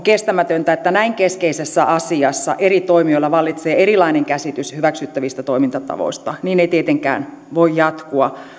kestämätöntä että näin keskeisessä asiassa eri toimijoilla vallitsee erilainen käsitys hyväksyttävistä toimintatavoista niin ei tietenkään voi jatkua